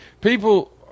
people